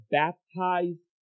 baptized